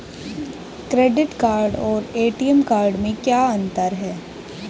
Credit card और ATM card में क्या अंतर है?